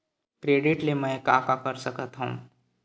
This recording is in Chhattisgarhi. क्रेडिट ले मैं का का कर सकत हंव?